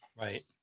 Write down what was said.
Right